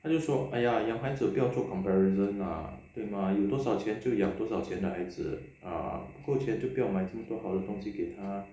他就说哎呀养孩子不要做 comparison 啦对吗有多少钱就养多少钱的孩子啊不够钱就不要买这样多好的东西给他